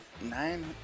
nine